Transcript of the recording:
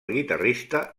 guitarrista